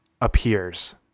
appears